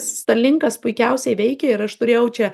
starlinkas puikiausiai veikia ir aš turėjau čia